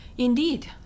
Indeed